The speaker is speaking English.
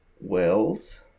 Wells